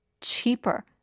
cheaper